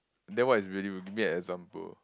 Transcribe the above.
then what is really rude give me an example